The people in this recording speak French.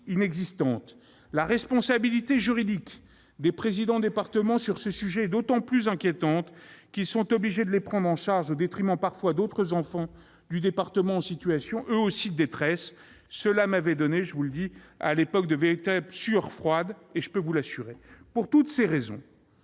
La responsabilité juridique des présidents de départements sur ce sujet est d'autant plus inquiétante qu'ils sont obligés de la prendre en charge au détriment, parfois, d'autres enfants du département qui sont eux aussi en situation de détresse. Cela m'avait donné à l'époque de véritables sueurs froides, je puis vous l'assurer. Pour toutes ces raisons,